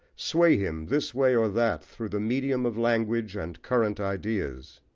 sway him this way or that through the medium of language and current ideas.